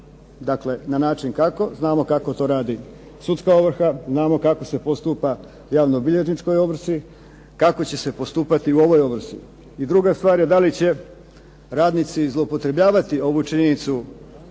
na način kako. Znamo kako to radi sudska ovrha, znamo kako se postupa u javnobilježničkoj ovrsi, kako će se postupati u ovoj ovrsi. I druga stvar je da li će radnici zloupotrebljavati ovu činjenicu